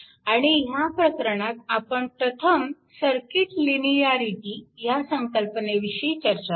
आणि ह्या प्रकरणात आपण प्रथम सर्किट लिनिअरिटी ह्या संकल्पनेविषयी चर्चा करू